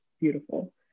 beautiful